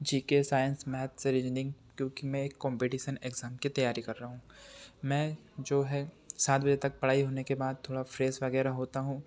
जी के science maths और engineering क्योंकि मैं एक कॉम्पीटिसन एग्ज़ाम की तैयारी कर रहा हूँ मैं जो है सात बजे तक पढ़ाई होने के बाद थोड़ा फ़्रेस वगैरह होता हूँ